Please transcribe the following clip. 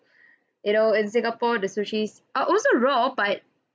you know in singapore the sushi's are also raw but